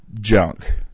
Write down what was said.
junk